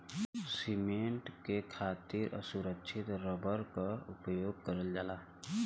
cement के खातिर असुरछित रबर क उपयोग करल जाला